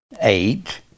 Eight